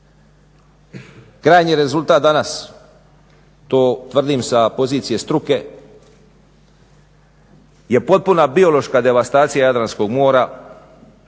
Krajnji rezultat danas, to tvrdim sa pozicije struke, je potpuna biološka devastacija Jadranskog mora